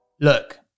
Look